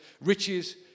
riches